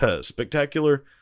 Spectacular